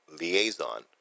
liaison